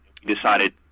Decided